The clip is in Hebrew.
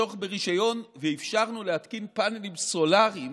פטרנו מצורך ברישיון ואפשרנו להתקין פאנלים סולריים